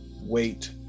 Wait